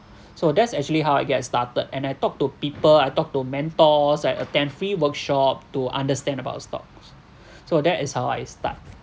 so that's actually how I get started and I talk to people I talk to mentors I attend free workshop to understand about stocks so that is how I start